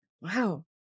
Wow